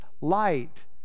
light